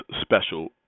special